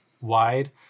wide